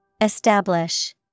Establish